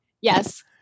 Yes